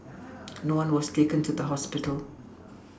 no one was taken to the hospital